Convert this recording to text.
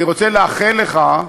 אני רוצה לאחל לך,